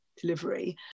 delivery